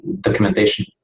documentation